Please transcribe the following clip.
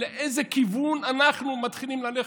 לאיזה כיוון אנחנו מתחילים ללכת.